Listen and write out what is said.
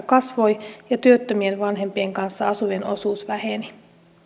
kasvoi ja työttömien vanhempien kanssa asuvien osuus väheni